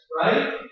right